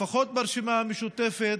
לפחות ברשימה המשותפת,